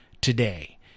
today